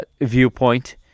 viewpoint